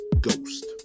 ghost